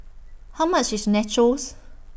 How much IS Nachos